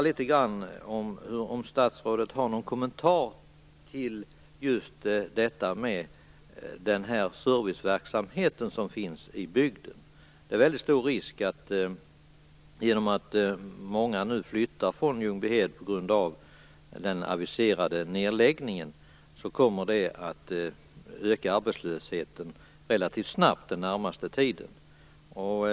I och med att många nu flyttar från Ljungbyhed på grund av den aviserade nedläggningen är det stor risk att arbetslösheten kommer att öka relativt snabbt den närmaste tiden.